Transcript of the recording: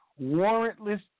warrantless